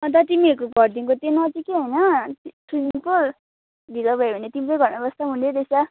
अन्त तिमीहरूको घरदेखिको त्यो नजिकै होइन स्विमिङ पुल ढिलो भयो भने तिम्रै घरमा बस्दा पनि हुनेरहेछ